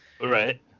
Right